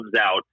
out